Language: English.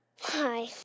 Hi